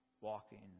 walking